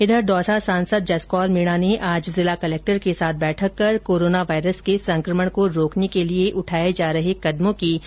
इधर दौसा सांसद जसकोर मीणा ने आज जिला कलेक्टर के साथ बैठक कर कोरोना वायरस के संक्रमण को रोकने के लिए उठाए जा रहे कदमों की समीक्षा की